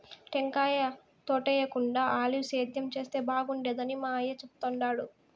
టెంకాయ తోటేయేకుండా ఆలివ్ సేద్యం చేస్తే బాగుండేదని మా అయ్య చెప్తుండాడు